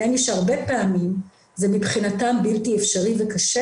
שהרבה פעמים זה מבחינתם בלתי אפשרי וקשה